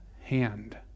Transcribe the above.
hand